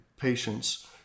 patients